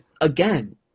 again